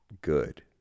good